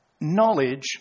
knowledge